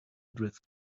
drift